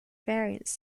variants